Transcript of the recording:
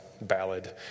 ballad